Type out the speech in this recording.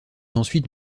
ensuite